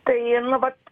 tai nu vat